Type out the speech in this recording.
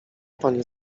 panie